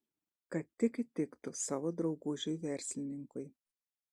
kad tik įtiktų savo draugužiui verslininkui